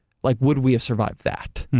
like would we have survived that?